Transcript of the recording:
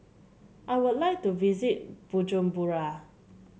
I would like to visit Bujumbura